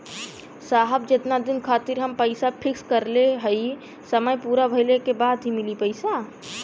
साहब जेतना दिन खातिर हम पैसा फिक्स करले हई समय पूरा भइले के बाद ही मिली पैसा?